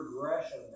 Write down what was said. progression